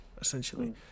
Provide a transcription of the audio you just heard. Essentially